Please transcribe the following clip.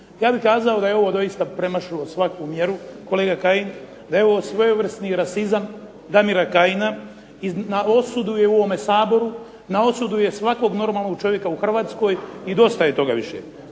Ja bih kazao da je ovo doista premašilo svaku mjeru, kolega Kajin. Da je ovo svojevrsni rasizam Damira Kajina. Na osudu je u ovome Saboru, na osudu je svakog normalnog čovjeka u Hrvatskoj i dosta je toga više.